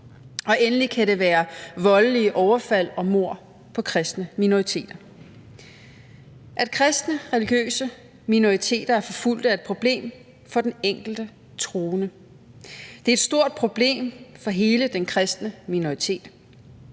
og endelig kan det være voldelige overfald og mord på kristne minoriteter. At kristne religiøse minoriteter er forfulgte, er et problem for den enkelte troende. Og det er et stort problem for hele den kristne minoritet.